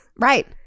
Right